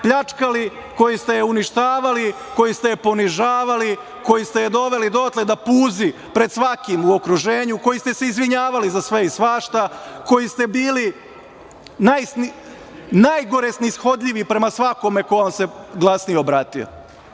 pljačkali, koji ste je uništavali, koji ste je ponižavali, koji ste je doveli dotle da puzi pred svakim u okruženju, koji ste se izvinjavali za sve i svašta, koji ste bili najgore snishodljivi prema svakome ko vam se glasnije obratio.E,